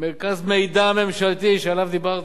מרכז מידע ממשלתי, שעליו דיברת,